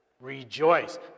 Rejoice